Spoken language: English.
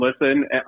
listen